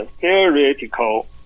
theoretical